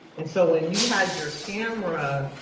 and so when you had your camera,